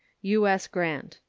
u s. grant.